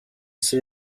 isi